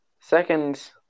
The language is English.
seconds